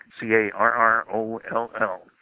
C-A-R-R-O-L-L